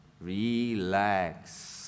Relax